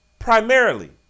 Primarily